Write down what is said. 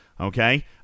okay